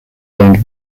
earned